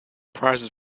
comprises